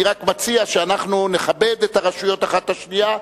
אני רק מציע שנכבד, הרשויות, אחת את השנייה.